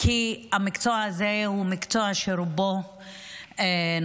כי המקצוע הזה הוא מקצוע שרובו נשים,